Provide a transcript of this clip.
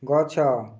ଗଛ